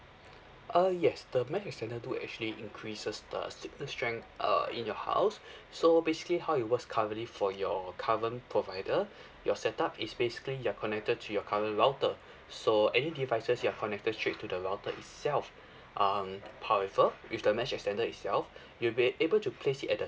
uh yes the mesh extender do actually increases the signal strength err in your house so basically how it works currently for your current provider your set up is basically you're connected to your current router so any devices you're connected straight to the router itself um however with the mesh extender itself you'll be able to place it at the